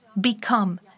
become